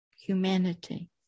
humanity